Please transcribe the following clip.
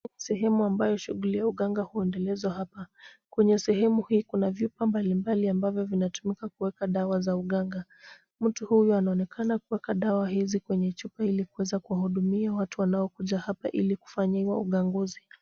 Sehemu ambayo shughuli za uganga huendelezwa hapa. Kwenye sehemu hii kuna vyupa mbali mbali ambavyo vinatumika kuweka dawa za uganga. Mtu huyu anaonekana kuweka dawa hizi kwenye chupa ili kuweza kuhudumia watu wanaokuja hapa ili kufanyiwa uganguzi.